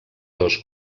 dos